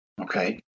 okay